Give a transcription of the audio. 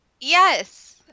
Yes